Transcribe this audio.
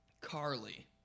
Carly